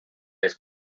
les